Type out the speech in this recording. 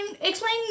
explain